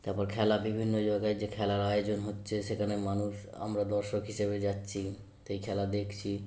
তারপর খেলা বিভিন্ন জায়গায় যে খেলার আয়োজন হচ্ছে সেখানে মানুষ আমরা দর্শক হিসাবে যাচ্ছি তো এই খেলা দেখছি